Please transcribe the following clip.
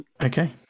Okay